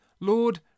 Lord